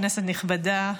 כנסת נכבדה,